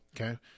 Okay